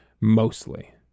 mostly